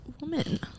woman